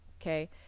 Okay